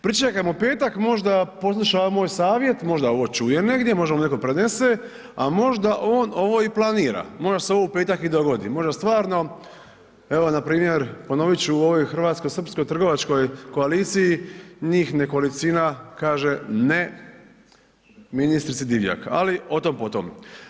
Pričekajmo petak, možda posluša ovaj moj savjet, možda ovo čuje negdje, možda mu neko prenese, a možda on ovo i planira, možda se ovo u petak i dogodi, možda stvarno evo npr. ponovit ću u ovoj hrvatsko-srpskoj trgovačkoj koaliciji njih nekolicina kaže ne ministrici Divjak, ali o tom potom.